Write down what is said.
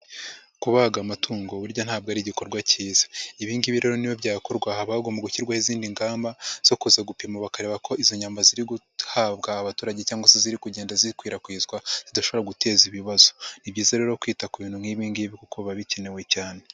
Kubaga amatungo burya ntabwo ari igikorwa kiza. Ibi ngibi rero ni n'iyo byakorwa haba hagomba gushyirwaho izindi ngamba zo kuza gupima bakareba ko izo nyama ziri guhabwa abaturage cyangwa se ziri kugenda zikwirakwizwa zidashobora guteza ibibazo. Ni byiza rero kwita ku bintu nk'ibi ngibi kuko biba bikenewe cyane.